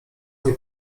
nie